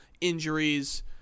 injuries